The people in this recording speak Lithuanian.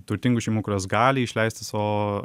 turtingų šeimų kurios gali išleisti savo